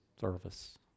service